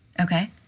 okay